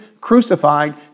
crucified